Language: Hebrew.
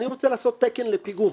אני רוצה לעשות תקן לפיגום.